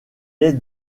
est